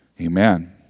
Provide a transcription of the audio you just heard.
Amen